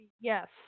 Yes